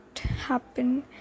happen